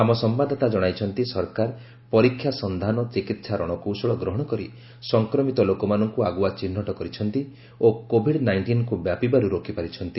ଆମ ସମ୍ଭାଦଦାତା ଜଣାଇଛନ୍ତି ସରକାର ପରୀକ୍ଷା ସନ୍ଧାନ ଚିକିହା ରଣକୌଶଳ ଗ୍ରହଣ କରି ସଂକ୍ରମିତ ଲୋକମାନଙ୍କୁ ଆଗୁଆ ଚିହ୍ନଟ କରିଛନ୍ତି ଓ କୋଭିଡ୍ ନାଇଷ୍ଟିନ୍କୁ ବ୍ୟାପିବାରୁ ରୋକିପାରିଛନ୍ତି